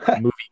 movie